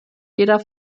jeder